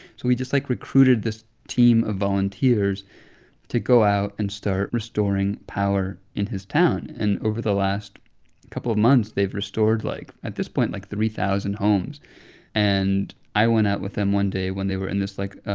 just, like, recruited this team of volunteers to go out and start restoring power in his town. and over the last couple of months, they've restored, like at this point, like, three thousand homes and i went out with them one day when they were in this, like,